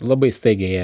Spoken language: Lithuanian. labai staigiai